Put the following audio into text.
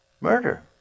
murder